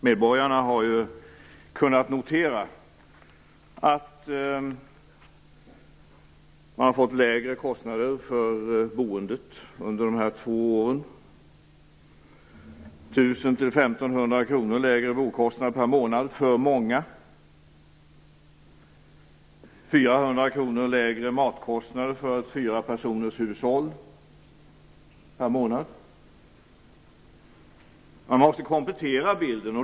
Medborgarna har kunnat notera att de har fått lägre kostnader för boendet under dessa två år - 1 000-1 500 kr lägre boendekostnad per månad för många - och 400 kr lägre matkostnader för ett fyrapersonershushåll per månad. Man måste komplettera bilden.